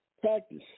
practice